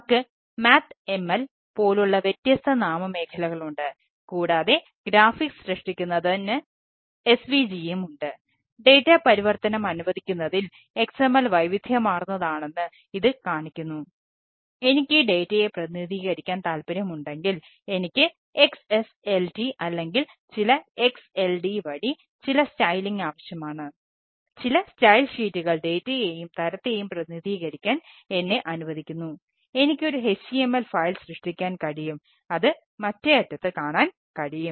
നമുക്ക് mathml പോലുള്ള വ്യത്യസ്ത നാമമേഖലകളുണ്ട് കൂടാതെ ഗ്രാഫിക്സ് സൃഷ്ടിക്കാൻ കഴിയും അത് മറ്റേ അറ്റത്ത് കാണാൻ കഴിയും